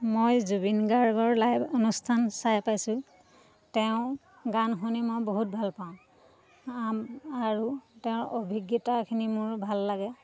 মই জুবিন গাৰ্গৰ লাইভ অনুষ্ঠান চাই পাইছোঁ তেওঁ গান শুনি মই বহুত ভাল পাওঁ আৰু তেওঁৰ অভিজ্ঞতাখিনি মোৰ ভাল লাগে